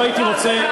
אתה,